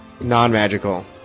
non-magical